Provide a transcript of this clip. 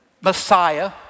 Messiah